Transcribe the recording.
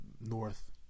North